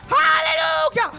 Hallelujah